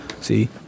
See